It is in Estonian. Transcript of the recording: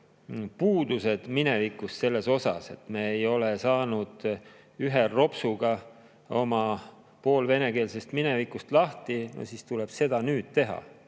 puudused minevikus, mille tõttu me ei ole saanud ühe ropsuga oma poolvenekeelsest minevikust lahti, siis tuleb seda nüüd teha.